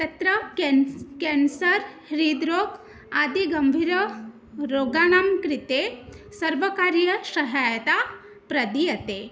तत्र केन्स् केन्सर् हृद्रोग आदिगम्भीररोगाणां कृते सर्वकारीयसहायता प्रदीयते